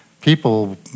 people